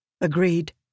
Agreed